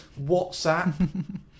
WhatsApp